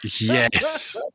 Yes